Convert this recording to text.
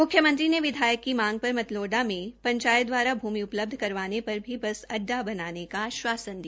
म्ख्यमंत्री ने विधायक की मांग पर मतलोडा में पंचायत द्वारा भूमि उपलब्ध करवाने पर भी बस अड्डा बनाने का आश्वासन दिया